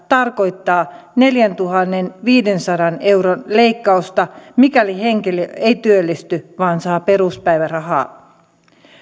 tarkoittaa neljäntuhannenviidensadan euron leikkausta mikäli henkilö ei työllisty vaan saa peruspäivärahaa